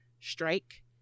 strike